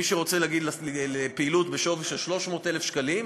אם מישהו רוצה פעילות בשווי 300,000 שקלים,